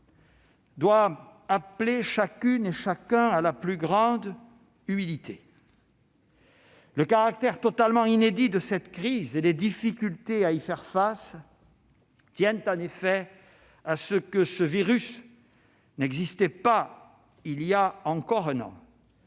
doit appeler chacune et chacun à la plus grande humilité. Le caractère totalement inédit de cette crise et les difficultés à y faire face tiennent, en effet, à ce que ce virus n'existait pas il y a encore un an